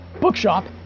bookshop